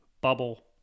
Bubble